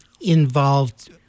involved